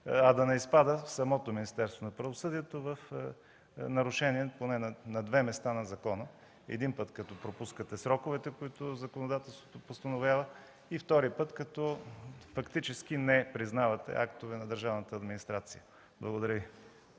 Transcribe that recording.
а да не изпада самото Министерство на правосъдието в нарушение поне на две места на закона – веднъж, като пропускате сроковете, които законодателството постановява, и втори път, като фактически не признавате актове на държавната администрация. Благодаря Ви.